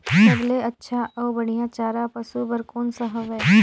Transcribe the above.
सबले अच्छा अउ बढ़िया चारा पशु बर कोन सा हवय?